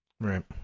Right